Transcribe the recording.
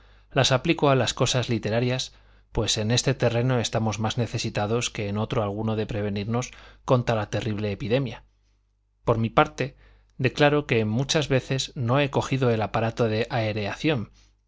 las aplico a las cosas literarias pues en este terreno estamos más necesitados que en otro alguno de prevenirnos contra la terrible epidemia por mi parte declaro que muchas veces no he cogido el aparato de aereación